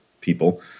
people